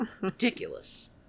Ridiculous